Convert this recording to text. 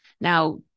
Now